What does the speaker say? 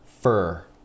fur